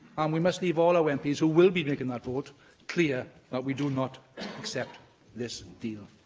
um we must leave all our mps who will be making that vote clear that we do not accept this deal.